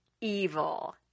evil